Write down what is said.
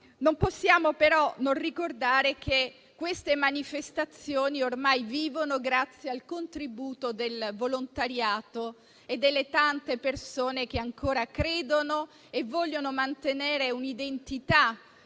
Non possiamo però non ricordare che quelle manifestazioni ormai vivono grazie al contributo del volontariato e delle tante persone che ancora credono e vogliono mantenere un'identità,